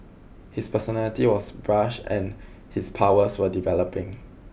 his personality was brash and his powers were developing